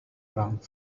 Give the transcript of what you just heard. wrung